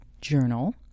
journal